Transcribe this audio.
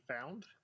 found